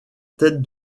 tête